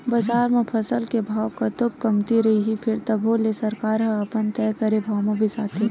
बजार म फसल के भाव कतको कमती रइही फेर तभो ले सरकार ह अपन तय करे भाव म बिसाथे